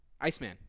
Iceman